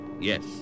yes